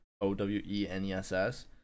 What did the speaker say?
o-w-e-n-e-s-s